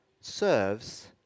serves